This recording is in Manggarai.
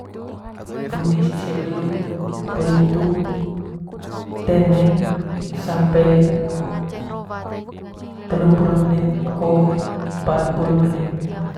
Wunis ise welu poli hitu teneng sampe telum pulu menit ko patmpulu menit.